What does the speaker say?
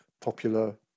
popular